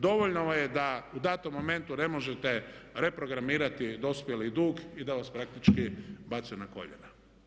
Dovoljno vam je da u datom momentu ne možete reprogramirati dospjeli dug i da vas praktički bace na koljena.